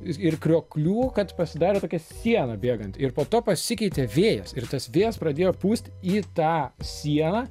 ir krioklių kad pasidarė tokią sieną bėganti ir po to pasikeitė vėjas ir tas vėjas pradėjo pūsti į tą sieną